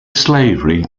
slavery